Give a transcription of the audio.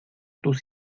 tus